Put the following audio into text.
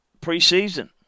preseason